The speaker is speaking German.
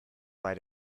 bei